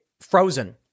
frozen